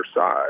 side